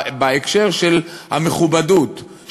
בהקשר של המכובדות,